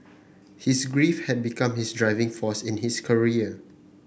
his grief had become his driving force in his career